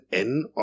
anden